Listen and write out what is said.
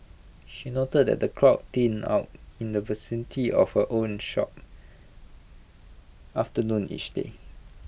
she noted that the crowds thin out in the vicinity of her own shop after noon each day